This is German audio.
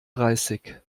dreißig